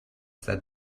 that